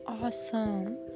awesome